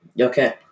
Okay